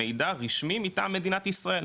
מידע רשמי מטעם מדינת ישראל.